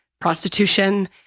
prostitution